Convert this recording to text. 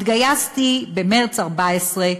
התגייסתי במרס 2014,